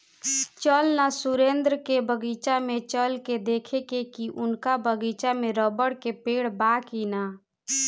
चल ना सुरेंद्र के बगीचा में चल के देखेके की उनका बगीचा में रबड़ के पेड़ बा की ना